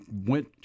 went